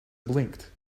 blinked